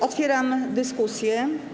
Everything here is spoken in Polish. Otwieram dyskusję.